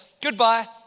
goodbye